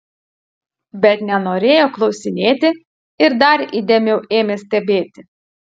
bet nenorėjo klausinėti ir dar įdėmiau ėmė stebėti